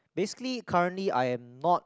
basically currently I am not